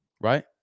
Right